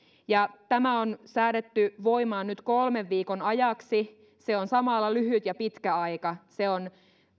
tämä on säädetty voimaan nyt kolmen viikon ajaksi se on samalla lyhyt ja pitkä aika se on